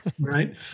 Right